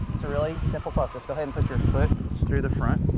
it's a really simple process. go ahead and put your foot through the front.